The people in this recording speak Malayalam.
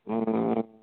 മ്മ്